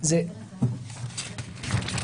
(הגבלת היציאה מישראל והכניסה אליה)